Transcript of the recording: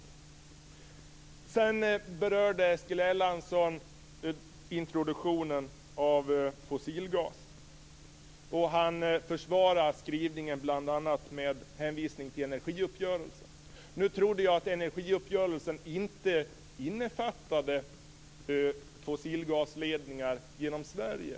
Eskil Erlandsson berörde sedan introduktionen av fossilgas, och han försvarade skrivningen bl.a. med hänvisning till energiuppgörelsen. Jag trodde inte att energiuppgörelsen innefattade fossilgasledningar genom Sverige.